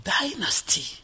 dynasty